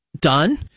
done